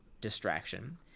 distraction